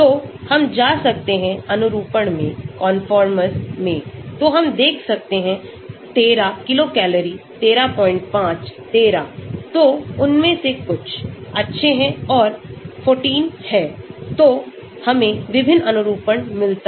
तो हम जा सकते हैं अनुरूपण में कंफर्मर्स में तो हम देख सकते हैं 13 किलो कैलोरी 135 13 तो उनमें से कुछ अच्छे हैं और 14 हैं तोहमें विभिन्न अनुरूपण मिलता हैं